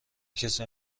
کسی